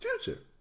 Future